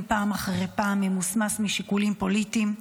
פעם אחר פעם ממוסמס משיקולים פוליטיים.